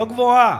לא גבוהה,